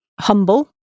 humble